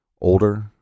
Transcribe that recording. older